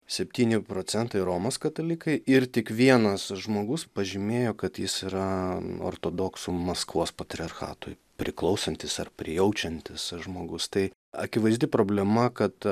septyni procentai romos katalikai ir tik vienas žmogus pažymėjo kad jis yra ortodoksų maskvos patriarchatui priklausantis ar prijaučiantis žmogus tai akivaizdi problema kad